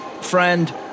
friend